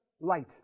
light